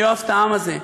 אני אוהב את העם הזה,